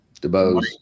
Debose